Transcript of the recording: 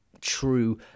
true